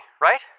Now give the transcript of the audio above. right